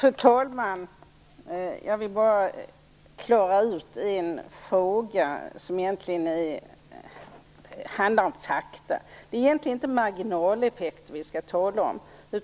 Fru talman! Jag vill bara klara ut en fråga som handlar om fakta. Det är egentligen inte marginaleffekter vi skall tala om.